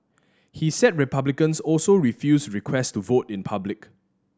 he said Republicans also refused request to vote in public